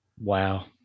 Wow